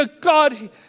God